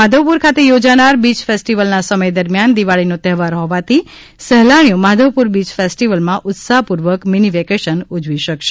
માધવપુર ખાતે યોજાનાર બીય ફેસ્ટીવલનાં સમય દરમિયાન દિવાળીનો તહેવાર હોવાથી સહેલાણીઓ માધવપુર બીય ફેસ્ટીવલમાં ઉત્સાહપૂર્વક મીની વેકેશન ઉજવી શકશે